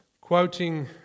quoting